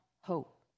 hope